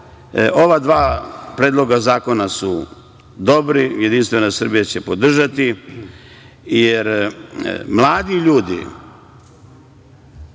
ova dva predloga zakona su dobri. Jedinstvena Srbija će ih podržati, jer mladi ljudi